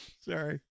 Sorry